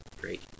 Great